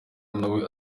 nawe